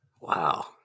Wow